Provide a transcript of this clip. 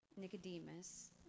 Nicodemus